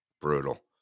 brutal